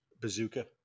Bazooka